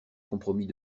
compromis